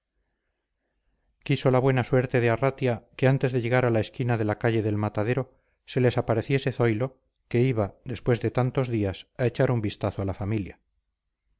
quiso la buena suerte de arratia que antes de llegar a la esquina de la calle del matadero se les apareciese zoilo que iba después de tantos días a echar un vistazo a la familia